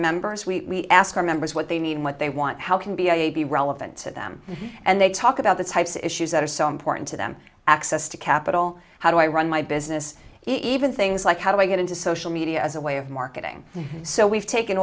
members we ask our members what they need what they want how can be ab relevant to them and they talk about the types of issues that are so important to them access to capital how do i run my business even things like how do i get into social media as a way of marketing so we've taken